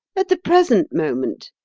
at the present moment,